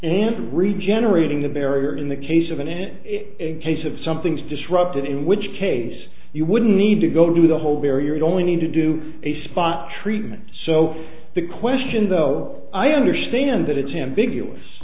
and regenerating the barrier in the case of an it in case of something's disrupted in which case you would need to go to the whole barrier it only need to do a spot treatment so the question though i understand that it's him big deal